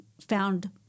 found